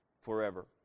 forever